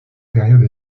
période